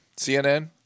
CNN